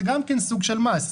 זה גם כן סוג של מס,